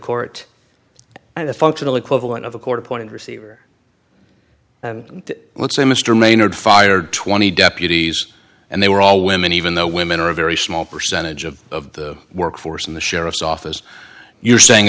court and the functional equivalent of a court appointed receiver let's say mr maynard fired twenty deputies and they were all women even though women are a very small percentage of of the workforce in the sheriff's office you're